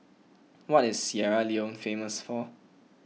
what is Sierra Leone famous for